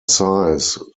size